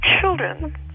children